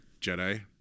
Jedi